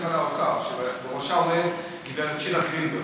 באוצר שבראשה עומדת שירה גרינברג,